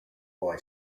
boy